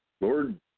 Lord